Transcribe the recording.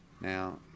Now